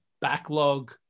backlog